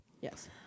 yes